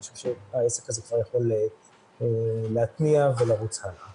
חושב שהעסק הזה כבר יכול להתניע ולרוץ הלאה.